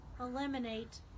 eliminate